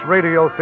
Radio